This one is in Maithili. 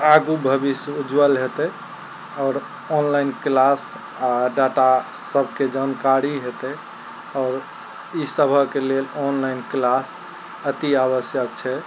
आगू भविष्य उज्जवल हेतय आओर ऑनलाइन क्लास आओर डाटा सबके जानकारी हेतय आओर ई सभके लेल ऑनलाइन क्लास अति आवश्यक छै